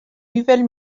nouvelle